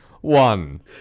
one